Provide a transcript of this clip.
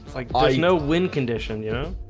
like i know win condition, you know,